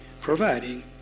providing